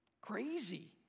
crazy